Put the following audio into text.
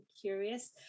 curious